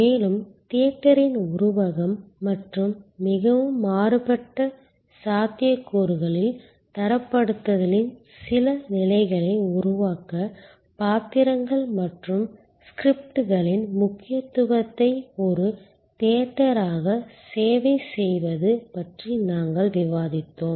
மேலும் தியேட்டரின் உருவகம் மற்றும் மிகவும் மாறுபட்ட சாத்தியக்கூறுகளில் தரப்படுத்தலின் சில நிலைகளை உருவாக்க பாத்திரங்கள் மற்றும் ஸ்கிரிப்ட்களின் முக்கியத்துவத்தை ஒரு தியேட்டராக சேவை செய்வது பற்றி நாங்கள் விவாதித்தோம்